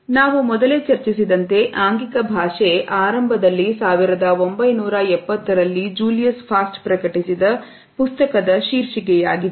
ನಾವು ಮೊದಲೇ ಚರ್ಚಿಸಿದಂತೆ ಆಂಗಿಕ ಭಾಷೆ ಆರಂಭದಲ್ಲಿ 1970 ರಲ್ಲಿ ಜೂಲಿಯಸ್ ಫಾಸ್ಟ್ ಪ್ರಕಟಿಸಿದ ಪುಸ್ತಕದ ಶೀರ್ಷಿಕೆ ಯಾಗಿತ್ತು